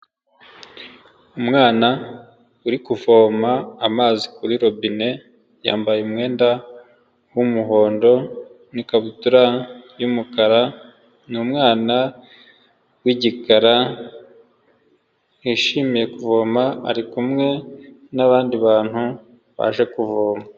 Uumwana uri kuvoma amazi kuri robine yambaye umwenda w'umuhondo n'ikabutura y'umukara, ni umwana w'igikara wishimiye kuvoma, ari kumwe n'abandi bantu baje kuvoma.